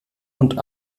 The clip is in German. und